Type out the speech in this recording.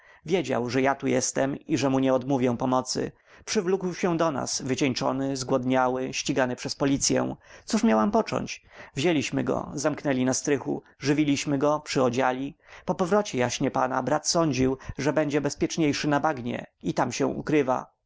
wiedział że ja tu jestem i że mu nie odmówię pomocy przywlókł się do nas wycieńczony zgłodniały ścigany przez policyę cóż miałam począć wzięliśmy go zamknęli na strychu żywiliśmy go przyodziali po powrocie jaśnie pana brat sądził że będzie bezpieczniejszy na bagnie i tam się ukrywa